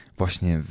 właśnie